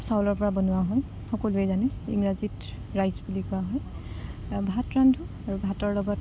চাউলৰপৰা বনোৱা হয় সকলোৱে জানে ইংৰাজীত ৰাইজ বুলি কোৱা হয় ভাত ৰান্ধো আৰু ভাতৰ লগত